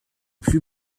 plus